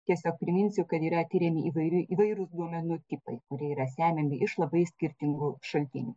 tiesiog priminsiu kad yra tiriami įvairiu įvairūs duomenų tipai kurie yra semiami iš labai skirtingų šaltinių